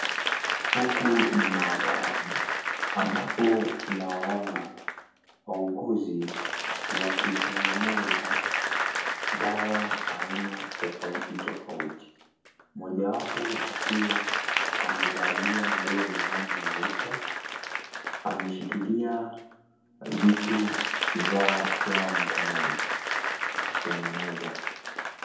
Huku ni maabarani, ambapo tunaona wahuguzi wakitengeneza dawa Aina tofauti tofauti. Mojawapo akiwa amevalia nguo yenye rangi nyeupe, ameshikilia vitu, vifaa vyao mikononi akitengeneza.